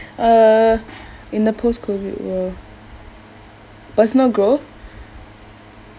uh in the post-COVID world personal growth